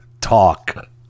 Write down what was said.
talk